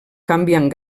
canviant